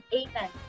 amen